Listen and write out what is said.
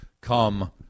come